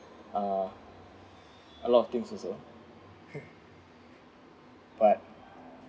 uh a lot of things also but